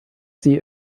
sie